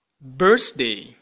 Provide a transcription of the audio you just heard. Birthday